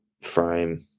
frame